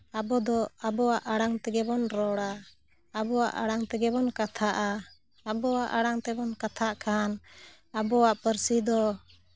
ᱟᱵᱚ ᱫᱚ ᱟᱵᱚᱣᱟᱜ ᱟᱲᱟᱝ ᱛᱮᱜᱮ ᱵᱚᱱ ᱨᱚᱲᱟ ᱟᱵᱚᱣᱟᱜ ᱟᱲᱟᱝ ᱛᱮᱜᱮ ᱵᱚᱱ ᱠᱟᱛᱷᱟᱜᱼᱟ ᱟᱵᱚᱣᱟᱜ ᱟᱲᱟᱝ ᱛᱮᱵᱚᱱ ᱠᱟᱛᱷᱟᱜ ᱠᱷᱟᱱ ᱟᱵᱚᱣᱟᱜ ᱯᱟᱹᱨᱥᱤ ᱫᱚ